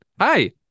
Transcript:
hi